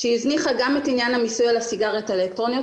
היא הזניחה גם את עניין המיסוי על הסיגריות האלקטרוניות